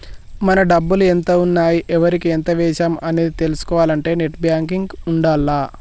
మన డబ్బులు ఎంత ఉన్నాయి ఎవరికి ఎంత వేశాము అనేది తెలుసుకోవాలంటే నెట్ బ్యేంకింగ్ ఉండాల్ల